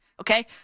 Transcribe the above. Okay